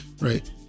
right